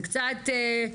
זה קצת,